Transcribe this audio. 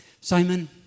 Simon